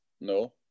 No